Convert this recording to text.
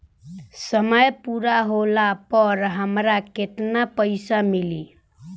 समय पूरा होला पर हमरा केतना पइसा मिली?